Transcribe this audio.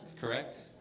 correct